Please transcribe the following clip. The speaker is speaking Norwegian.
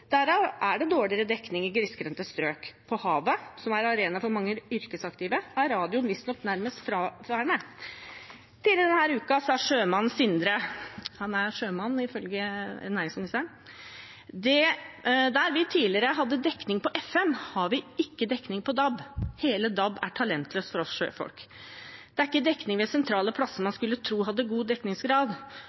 derav er det dårligere dekning i grisgrendte strøk. På havet, som er arena for mange yrkesaktive, er radioen visstnok nærmest fraværende. Tidligere denne uka sa sjømannen Sindre – han er sjømann, ifølge næringsministeren: Der vi tidligere hadde dekning på FM, har vi ikke dekning på DAB. Hele DAB er talentløst for oss sjøfolk. Det er ikke dekning ved sentrale plasser man skulle tro hadde god dekningsgrad,